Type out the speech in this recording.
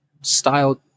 style